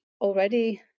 already